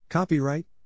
Copyright